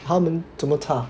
他们怎么查